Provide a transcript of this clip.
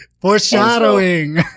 foreshadowing